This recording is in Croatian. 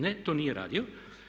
Ne, to nije radio.